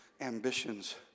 ambitions